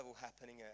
happening